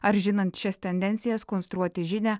ar žinant šias tendencijas konstruoti žinią